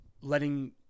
letting